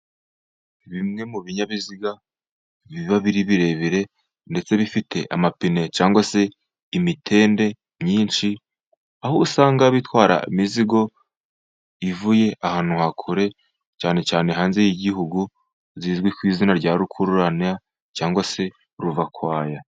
Bimwe mu binyabiziga biba biri birebire ndetse bifite amapine cyangwa se imitende myinshi, aho usanga bitwara imizigo ivuye ahantu ha kure, cyane cyane hanze y'igihugu, zizwi ku izina rya rukururania cyangwa se ruvakwaya.